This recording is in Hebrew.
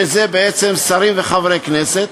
שזה בעצם שרים וחברי כנסת,